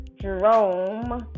Jerome